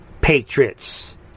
Patriots